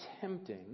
tempting